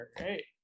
okay